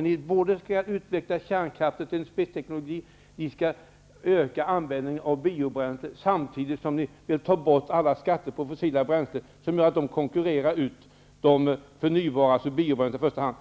Ni vill utveckla kärnkraften till en spetsteknologi och öka användningen av biobränsle samtidigt som ni vill ta bort alla skatter på fossila bränslen, vilket gör att de kommer att konkurrera ut de förnybara, alltså i första hand